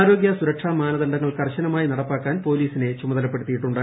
ആരോഗൃ സുരക്ഷാ മാനദണ്ഡങ്ങൾ കർശനമായി നടപ്പാക്കാൻ പോലീസിനെ ചുമതലപ്പെടുത്തിയിട്ടുണ്ട്